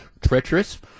treacherous